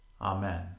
Amen